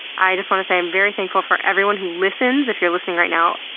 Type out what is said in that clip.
i just want to say i'm very thankful for everyone who listens. if you're listening right now,